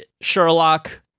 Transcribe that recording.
Sherlock